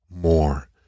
more